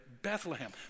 Bethlehem